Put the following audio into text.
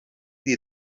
die